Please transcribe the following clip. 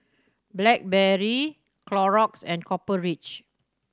Blackberry Clorox and Copper Ridge